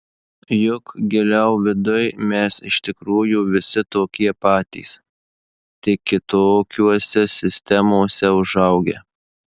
juk giliau viduj mes iš tikrųjų visi tokie patys tik kitokiose sistemose užaugę